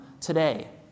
today